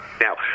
Now